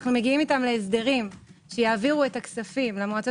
אנו מגיעים איתם להסדרים שיעבירו את הכספים למועצות